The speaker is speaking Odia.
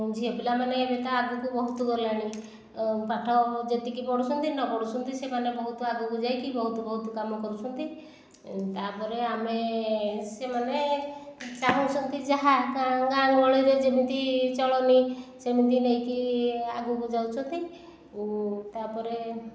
ଝିଅପିଲାମାନେ ଏବେ ତ ଆଗକୁ ବହୁତ ଗଲେଣି ପାଠ ଯେତିକି ପଢ଼ୁଛନ୍ତି ନପଢ଼ୁଛନ୍ତି ସେମାନେ ବହୁତ ଆଗକୁ ଯାଇକି ବହୁତ ବହୁତ କାମ କରୁଛନ୍ତି ତା'ପରେ ଆମେ ସେମାନେ ଚାହୁଁଛନ୍ତି ଯାହା ତାଙ୍କ ଗାଁ ଗହଳିରେ ଯେମିତି ଚଳଣି ସେମିତି ନେଇକି ଆଗକୁ ଯାଉଛନ୍ତି ତା'ପରେ